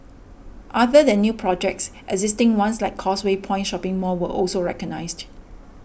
other than new projects existing ones like Causeway Point shopping mall were also recognised